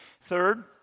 Third